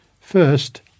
first